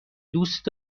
دوست